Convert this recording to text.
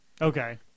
Okay